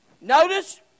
notice